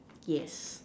yes